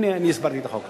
הנה, אני הסברתי את החוק.